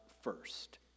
first